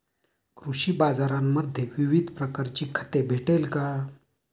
कृषी बाजारांमध्ये विविध प्रकारची खते भेटेल का?